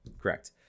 correct